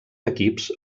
equips